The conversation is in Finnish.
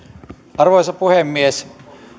arvoisa puhemies